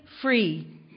free